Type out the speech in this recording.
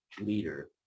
Leader